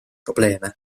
probleeme